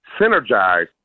synergize